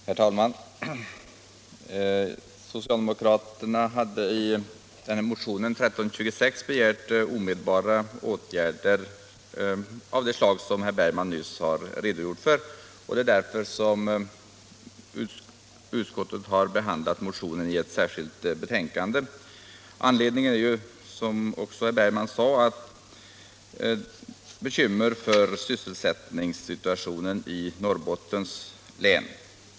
Herr talman! I motionen 1326 begär socialdemokraterna omedelbara åtgärder av det slag som herr Bergman nyss redogjorde för. Därför har utskottet behandlat motionen i ett särskilt betänkande. Anledningen till motionen är, som herr Bergman framhöll, bekymmer för sysselsättningssituationen i Norrbottens län.